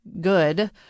good